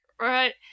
Right